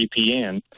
vpn